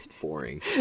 boring